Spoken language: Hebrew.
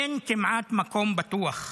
אין כמעט מקום בטוח.